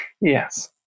Yes